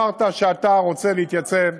אמרת שאתה רוצה להתייצב,